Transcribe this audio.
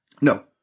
No